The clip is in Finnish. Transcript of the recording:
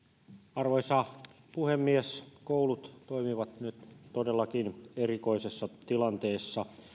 arvoisa puhemies koulut toimivat nyt todellakin erikoisessa tilanteessa